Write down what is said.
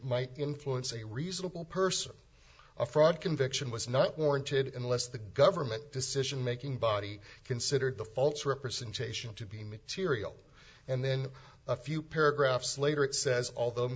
might influence a reasonable person a fraud conviction was not warranted in less the government decision making body considered the false representation to be material and then a few paragraphs later it says al